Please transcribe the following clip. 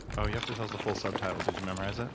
oh you have to tell us the full subtitle, did you memorize ah